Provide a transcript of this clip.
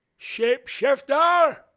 Shapeshifter